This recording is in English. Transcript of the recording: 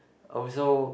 also